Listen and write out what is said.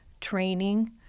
training